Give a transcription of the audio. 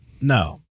No